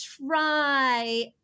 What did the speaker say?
try